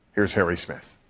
here's harry smith.